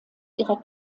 ihrer